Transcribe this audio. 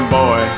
boy